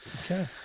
Okay